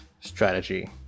strategy